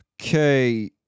Okay